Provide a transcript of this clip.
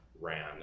ran